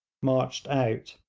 marched out.